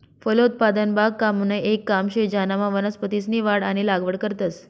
फलोत्पादन बागकामनं येक काम शे ज्यानामा वनस्पतीसनी वाढ आणि लागवड करतंस